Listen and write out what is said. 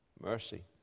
mercy